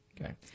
Okay